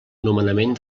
nomenament